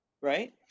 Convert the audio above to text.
right